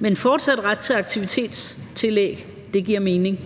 med en fortsat ret til aktivitetstillæg giver mening